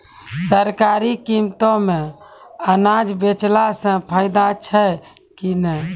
सरकारी कीमतों मे अनाज बेचला से फायदा छै कि नैय?